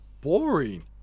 boring